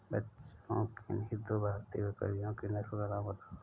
बच्चों किन्ही दो भारतीय बकरियों की नस्ल का नाम बताओ?